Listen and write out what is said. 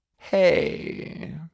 Hey